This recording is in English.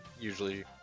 usually